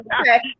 Okay